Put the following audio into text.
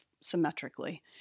symmetrically